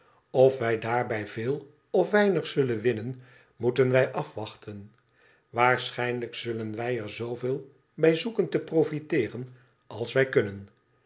of wij daarbij veel of weinig zullen winnen moeten wij afwachten waarschijnlijk zullen wij er zooveel bij zoeken te profiteeren als wij kunnen